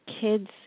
kids